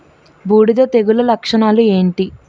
బూడిద తెగుల లక్షణాలు ఏంటి?